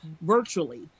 virtually